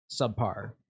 subpar